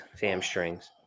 hamstrings